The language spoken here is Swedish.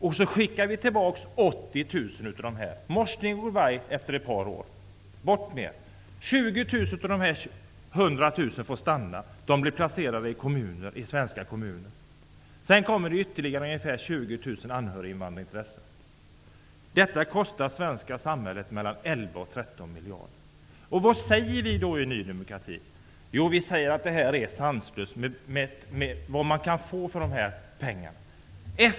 Vi skickar tillbaka 80 000 av dem efter ett par år -- morsning, goodbye, bort med er! 20 000 av de 100 000 får stanna och blir placerade i svenska kommuner. Sedan kommer ytterligare ungefär Detta kostar svenska samhället mellan 11 och 13 miljarder. Vad säger vi då i Ny demokrati? Jo, vi säger att det är sanslöst, med tanke på vad man kan få för de här pengarna.